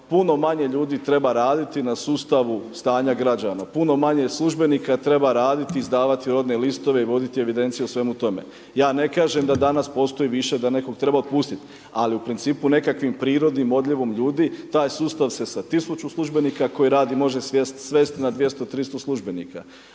puno manje ljudi treba raditi na sustavu stanja građana, puno manje službenika treba raditi i izdavati rodne listove i voditi evidenciju o svemu tome. Ja ne kažem da danas postoji višak, da nekog treba otpustit, ali u principu nekakvim prirodnim odljevom ljudi taj sustav se sa tisuću službenika koji rade može svesti na 200, 300 službenika.